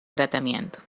tratamiento